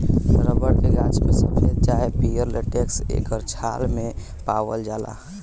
rubber के गाछ में सफ़ेद चाहे पियर लेटेक्स एकर छाल मे पावाल जाला